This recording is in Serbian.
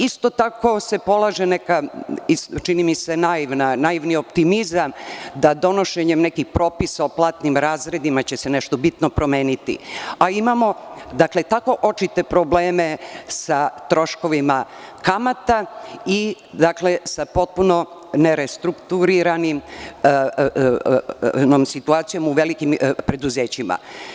Isto tako, se polaže neka čini mi se naivni optimizam, da donošenjem nekih propisa o platim razredima će se nešto bitno promeniti, a imamo tako očite probleme sa troškovima kamata i sa potpuno nerestrukturiranom situacijom u velikim preduzećima.